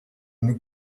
new